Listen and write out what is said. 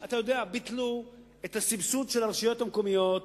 אתה יודע, ביטלו את הסבסוד של הרשויות המקומיות